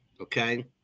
Okay